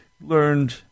learned